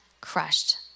crushed